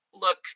look